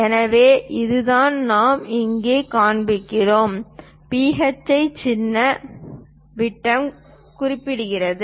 எனவே அதுதான் நாம் இங்கே காண்பிக்கிறோம் phi சின்னம் விட்டம் குறிக்கிறது